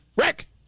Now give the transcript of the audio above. Rick